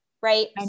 Right